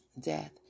Death